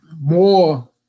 more